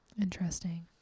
Interesting